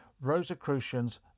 Rosicrucians